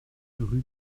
rue